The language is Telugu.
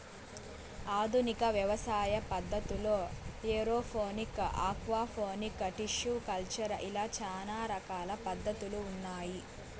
ఆధునిక వ్యవసాయ పద్ధతుల్లో ఏరోఫోనిక్స్, ఆక్వాపోనిక్స్, టిష్యు కల్చర్ ఇలా చానా రకాల పద్ధతులు ఉన్నాయి